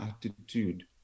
attitude